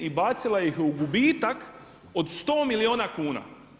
I bacila ih u gubitak od 100 milijuna kuna.